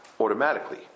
automatically